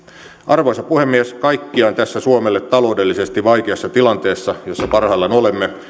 arvoisa puhemies kaikkiaan tässä suomelle taloudellisesti vaikeassa tilanteessa jossa parhaillaan olemme